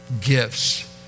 gifts